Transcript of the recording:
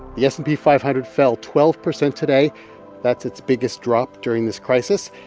the s and p five hundred fell twelve percent today that's its biggest drop during this crisis.